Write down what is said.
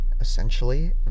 essentially